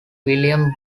william